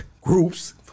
groups